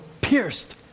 pierced